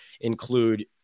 include